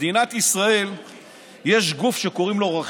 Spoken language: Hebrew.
במדינת ישראל יש גוף שקוראים לו רח"ל.